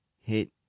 hit